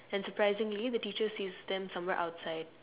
and surprisingly the teacher sees them somewhere outside